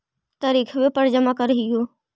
तरिखवे पर जमा करहिओ?